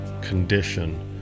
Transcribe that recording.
condition